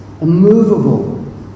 immovable